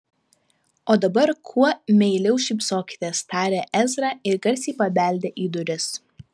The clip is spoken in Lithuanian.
o dabar kuo meiliau šypsokitės tarė ezra ir garsiai pabeldė į duris